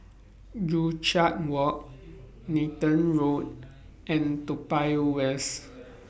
Joo Chiat Walk Nathan Road and Toa Payoh West